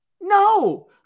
no